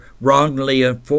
wrongly